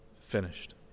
finished